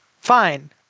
Fine